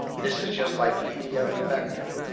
this is just like any other vector.